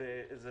אלה